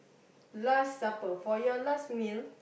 last supper for your last meal